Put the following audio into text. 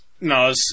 No